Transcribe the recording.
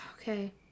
Okay